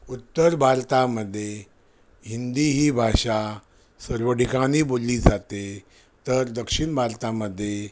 उत्तर भारतामध्ये हिंदी ही भाषा सर्व ठिकाणी बोलली जाते तर दक्षिण भारतामध्ये